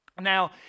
Now